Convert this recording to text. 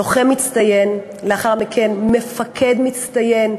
לוחם מצטיין, לאחר מכן מפקד מצטיין ב-101.